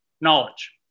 knowledge